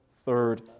third